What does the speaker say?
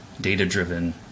data-driven